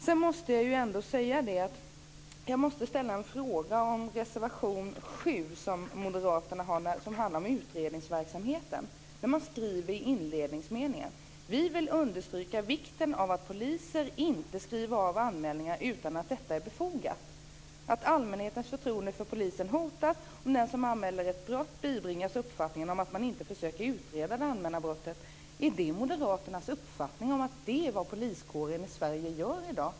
Sedan måste jag ställa en fråga om Moderaternas reservation 7, som handlar om utredningsverksamheten. Man skriver inledningsvis: "Vi vill understryka vikten av att polisen inte skriver av anmälningar utan att detta är befogat. Allmänhetens förtroende för polisen hotas om den som anmäler ett brott bibringas uppfattningen att man inte ens försöker utreda det anmälda brottet." Är det Moderaternas uppfattning att detta är vad poliskåren i Sverige gör i dag?